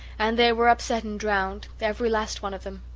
and they were upset and drowned every last one of them.